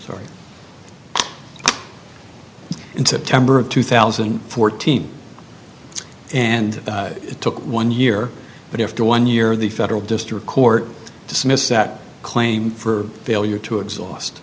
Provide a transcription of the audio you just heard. sorry in september of two thousand and fourteen and it took one year but after one year the federal district court dismissed that claim for failure to exhaust